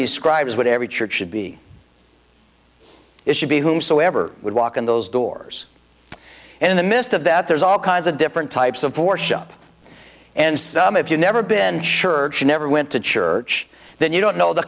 scribes what every church should be it should be whomsoever would walk in those doors and in the midst of that there's all kinds of different types of for shop and some of you never been church you never went to church then you don't know the